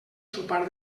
sopar